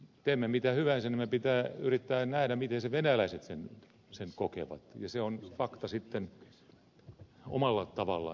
teemme mitä hyvänsä niin meidän pitää yrittää nähdä miten venäläiset sen kokevat ja se on fakta sitten omalla tavallaan